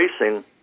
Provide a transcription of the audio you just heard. racing